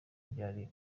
byari